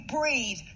breathe